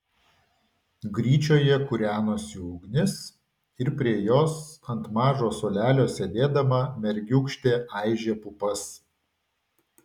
gryčioje kūrenosi ugnis ir prie jos ant mažo suolelio sėdėdama mergiūkštė aižė pupas